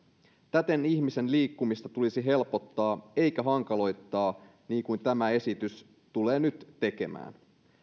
täten ihmisen liikkumista tulisi helpottaa eikä hankaloittaa niin kuin tämä esitys tulee nyt tekemään